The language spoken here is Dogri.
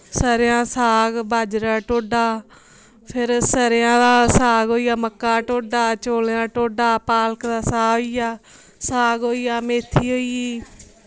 सरेआं दा साग बाजरे दा टोडा फिर सरेआं दा साग होईआ मक्कां दा टोडा चोलें दा टोडा पालक दा साग होईआ साग होईआ मेत्थी होईयी